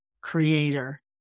creator